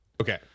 okay